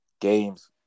games